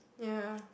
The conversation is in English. ya